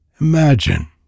Imagine